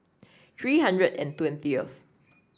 three hundred and twentieth